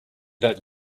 that